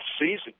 season